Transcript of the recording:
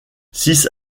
six